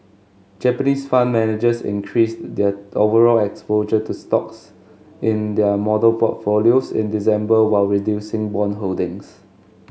Japanese fund managers increased their overall exposure to stocks in their model portfolios in December while reducing bond holdings